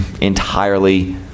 entirely